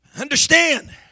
understand